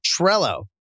Trello